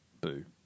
Boo